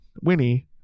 Winnie